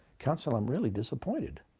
counsel, i'm really disappointed.